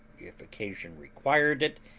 if occasion required it,